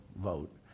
vote